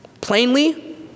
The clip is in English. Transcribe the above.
Plainly